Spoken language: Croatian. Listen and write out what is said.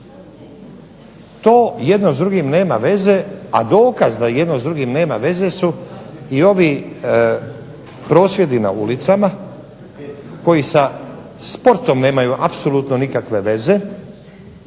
To jedno s drugim nema veze, a dokaz da jedno s drugim nema veze su i ovi prosvjedi na ulicama koji sa sportom nemaju apsolutno nikakve veze